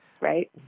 right